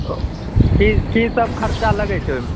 की की सब खर्चा लगै छै ओहिमे